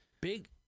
big